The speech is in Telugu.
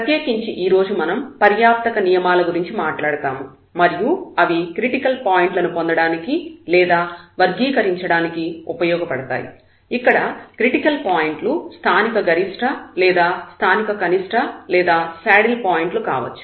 ప్రత్యేకించి ఈరోజు మనం పర్యాప్తక నియమాల గురించి మాట్లాడతాము మరియు అవి క్రిటికల్ పాయింట్ల ను పొందడానికి లేదా వర్గీకరించడానికి ఉపయోగపడతాయి ఇక్కడ క్రిటికల్ పాయింట్లు స్థానిక గరిష్ట లేదా స్థానిక కనిష్ట లేదా శాడిల్ పాయింట్లు కావచ్చు